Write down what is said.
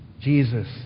Jesus